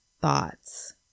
thoughts